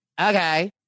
okay